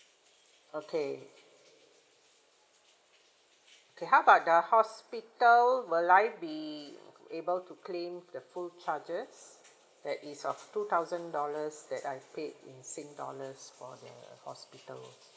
okay okay how about the hospital will I be able to claim the full charges that is of two thousand dollars that I've paid in sing dollars for the hospital